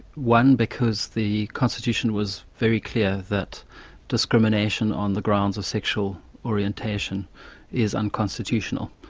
one, because the constitution was very clear that discrimination on the grounds of sexual orientation is unconstitutional,